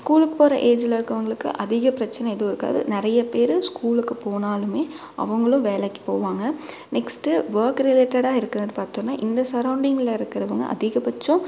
ஸ்கூலுக்கு போகற ஏஜில் இருக்கவங்களுக்கு அதிக பிரச்சனை எதுவும் இருக்காது நிறைய பேர் ஸ்கூலுக்கு போனாலுமே அவங்களும் வேலைக்கு போவாங்க நெக்ஸ்ட்டு ஒர்க் ரிலேட்டடாக இருக்குதுன்னு பார்த்தோன்னா இந்த சரவுண்டிங்கில் இருக்குறவங்க அதிகபட்சம்